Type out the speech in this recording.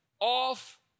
off